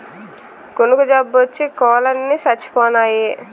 కునుకు జబ్బోచ్చి కోలన్ని సచ్చిపోనాయి